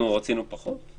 אנחנו רצינו פחות?